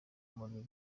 muriro